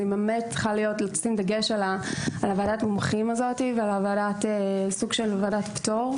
היא באמת צריכה לשים דגש על ועדת המומחים ועל סוג של ועדת פטור.